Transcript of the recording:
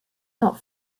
not